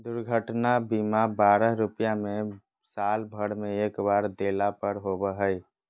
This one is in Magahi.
दुर्घटना बीमा बारह रुपया में साल भर में एक बार देला पर होबो हइ